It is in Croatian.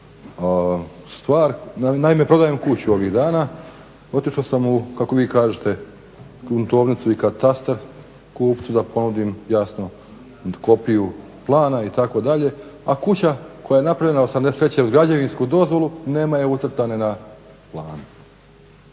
naime prodajem kuću ovih dana, otišao sam u kako vi kažete gruntovnicu i katastar kupcu da ponudim jasno kopiju plana itd., a kuća koja je napravljena '83. uz građevinsku dozvolu nema je ucrtane na planu.